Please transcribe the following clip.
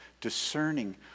discerning